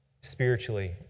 Spiritually